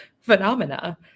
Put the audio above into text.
phenomena